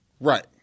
Right